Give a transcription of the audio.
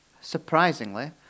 Surprisingly